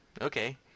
Okay